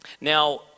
Now